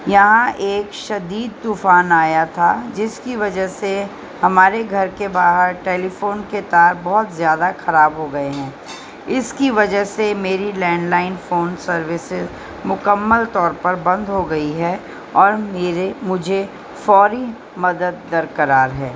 یہاں ایک شدید طوفان آیا تھا جس کی وجہ سے ہمارے گھر کے باہر ٹیلیفون کے تار بہت زیادہ خراب ہو گئے ہیں اس کی وجہ سے میری لینڈ لائن فون سروسز مکمل طور پر بند ہو گئی ہے اور میرے مجھے فوری مدد درکار ہے